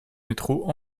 métro